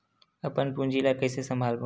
अपन पूंजी ला कइसे संभालबोन?